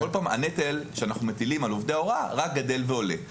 הנטל שאנחנו מטילים על עובדי הוראה רק גדל ועולה.